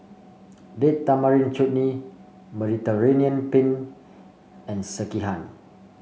Date Tamarind Chutney Mediterranean Penne and Sekihan